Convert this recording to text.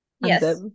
yes